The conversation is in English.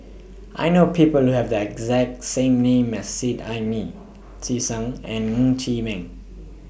I know People Who Have The exact same name as Seet Ai Mee Tisa Ng and Ng Chee Meng